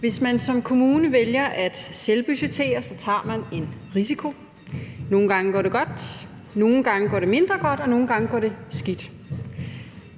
Hvis man som kommune vælger at selvbudgettere, tager man en risiko; nogle gange går det godt, nogle gange går det mindre godt, og nogle gange går det skidt.